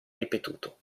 ripetuto